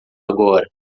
agora